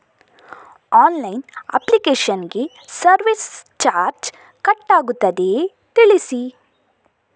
Online application ಗೆ service charge cut ಆಗುತ್ತದೆಯಾ ತಿಳಿಸಿ?